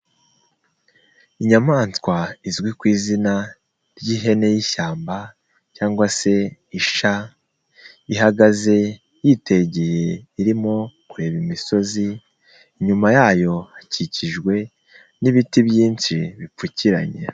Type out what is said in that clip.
Inyamaswa izwi ku izina ry'ihene y'ishyamba cyangwa se isha, ihagaze yitegeye irimo kureba imisozi, inyuma yayo hakikijwe n'ibiti byinshi bipfukiranye.